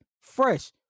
fresh